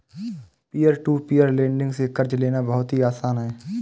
peer to peer lending से कर्ज लेना बहुत ही आसान है